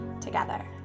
together